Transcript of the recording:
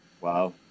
Wow